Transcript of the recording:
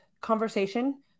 conversation